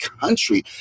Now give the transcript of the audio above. country